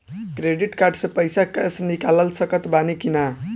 Credit card से पईसा cash निकाल सकत बानी की ना?